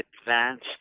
advanced